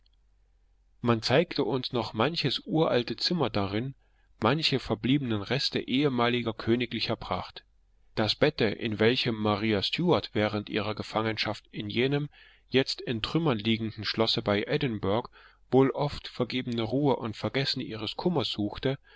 man zeigte uns noch manches uralte zimmer darin manche verblichenen reste ehemaliger königlicher pracht das bette in welchem maria stuart während ihrer gefangenschaft in jenem jetzt in trümmern liegenden schlosse bei edinburgh wohl oft vergebene ruhe und vergessen ihres kummers suchte